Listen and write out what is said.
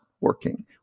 working